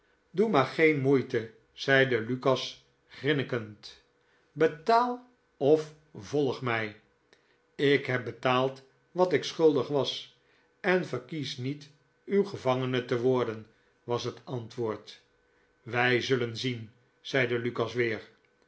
doe maar geen moeite zeide lukas grinnikend betaal of volg mij ik heb betaald wat ik schuldig was en verkies niet uw gevangene te worden was het antwoord wij zullen zien zeide lukas weer